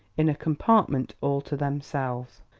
in a compartment all to themselves.